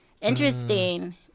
interesting